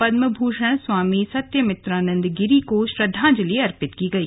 पद्मभूषण स्वामी सत्यमित्रानंद गिरी को श्रद्वांजलि अर्पित की गई